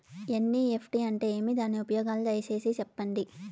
NEFT అంటే ఏమి? దాని ఉపయోగాలు దయసేసి సెప్పండి?